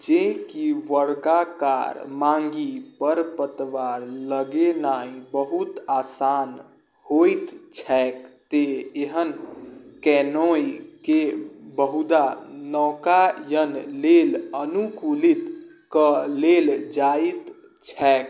जेँ कि वर्गाकार माङ्गि पर पतवार लगेनाइ बहुत आसान होइत छैक तेँ एहन कैनोइके बहुधा नौकायन लेल अनुकूलित कऽ लेल जाइत छैक